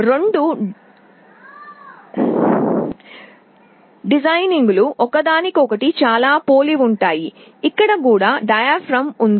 రెండు డిజైనింగ్లు ఒకదానికొకటి చాలా పోలి ఉంటాయి ఇక్కడ కూడా డయాఫ్రామ్ ఉంది